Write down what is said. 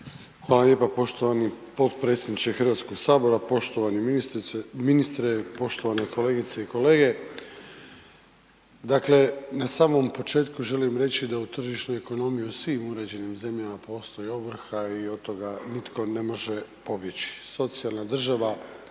Hvala lijepa poštovani potpredsjedniče Hrvatskoga sabora, poštovani ministre, poštovane kolegice i kolege. Dakle, na samom početku želim reći da u tržišnu ekonomiju u svim uređenim zemljama postoji ovrha i od toga nitko ne može pobjeći.